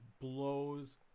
blows